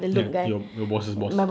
ya your boss's boss